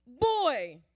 boy